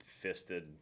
fisted